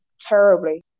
terribly